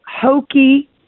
hokey